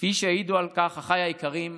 כפי שיעידו על כך אחיי היקרים,